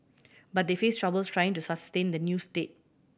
but they face troubles trying to sustain the new state